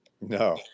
no